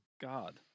God